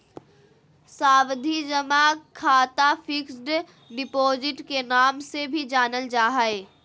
सावधि जमा खाता फिक्स्ड डिपॉजिट के नाम से भी जानल जा हय